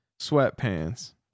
sweatpants